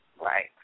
Right